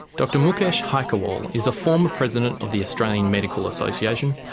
dr mukesh haikerwal is a former president of the australian medical association,